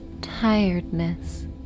tiredness